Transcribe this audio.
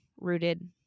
rooted